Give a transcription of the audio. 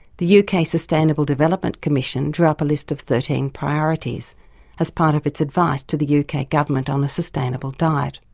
the uk sustainable development commission drew up a list of thirteen priorities as part of its advice to the uk government on a sustainable diet.